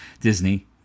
Disney